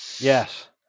Yes